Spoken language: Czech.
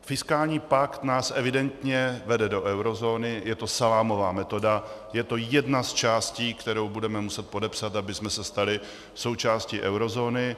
Fiskální pakt nás evidentně vede do eurozóny, je to salámová metoda, je to jedna z částí, kterou budeme muset podepsat, abychom se stali součástí eurozóny.